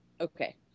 okay